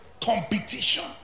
Competition